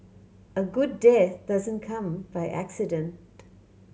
a good death doesn't come by accident